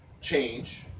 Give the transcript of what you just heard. change